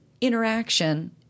interaction